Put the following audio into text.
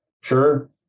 Sure